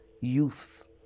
Youth